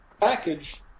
package